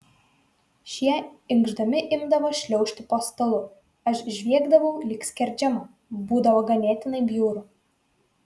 šie inkšdami imdavo šliaužti po stalu aš žviegdavau lyg skerdžiama būdavo ganėtinai bjauru